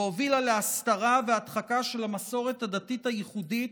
והובילה להסתרה והדחקה של המסורת הדתית הייחודית,